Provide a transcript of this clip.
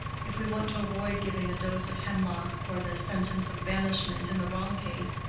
if we want to avoid giving the dose of hemlock or the sentence of banishment in the wrong case,